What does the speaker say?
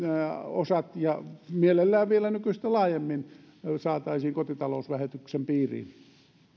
osat mielellään vielä nykyistä laajemmin kotitalousvähennyksen piiriin